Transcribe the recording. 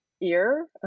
ear